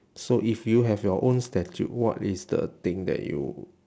so if you have your own statue what is the thing that you